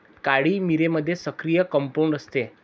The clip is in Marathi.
काळी मिरीमध्ये सक्रिय कंपाऊंड असते